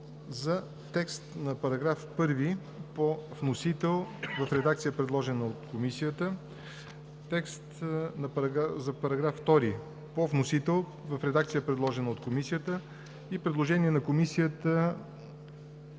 за текст на § 1 по вносител в редакцията, предложена от Комисията, текст на § 2 по вносител в редакцията, предложена от Комисията, и предложение на Комисията